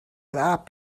without